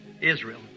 Israel